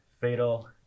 fatal